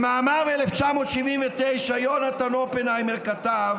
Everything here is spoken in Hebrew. במאמר ב-1979 יונתן אופנהיימר כתב